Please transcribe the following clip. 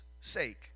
sake